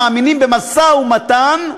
שמאמינים במשא-ומתן,